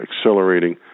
accelerating